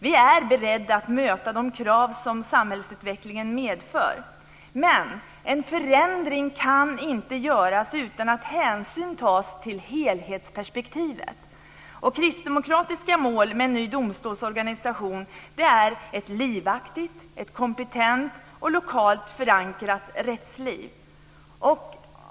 Vi är beredda att möta de krav som samhällsutvecklingen medför. Men en förändring kan inte göras utan att hänsyn tas till helhetsperspektivet. Kristdemokratiska mål med en ny domstolsorganisation är ett livaktigt, kompetent och lokalt förankrat rättsliv.